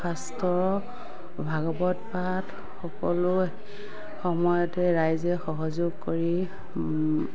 শাস্ত্ৰ ভাগৱত পাঠ সকলো সময়তে ৰাইজে সহযোগ কৰি